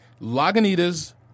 Lagunitas